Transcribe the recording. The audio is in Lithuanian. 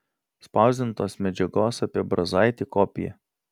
spausdintos medžiagos apie brazaitį kopija